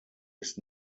ist